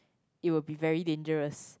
it will be very dangerous